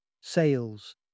Sales